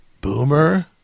Boomer